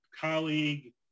colleague